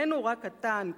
"איננו רק הטנק,